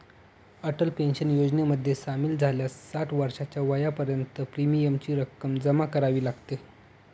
Atal pension योजनेमध्ये सामील झाल्यास साठ वर्षाच्या वयापर्यंत प्रीमियमची रक्कम जमा करावी लागते